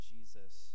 Jesus